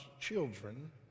children